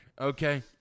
Okay